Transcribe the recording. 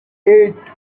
eight